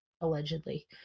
allegedly